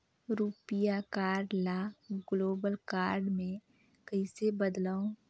रुपिया कारड ल global card मे कइसे बदलव?